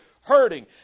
hurting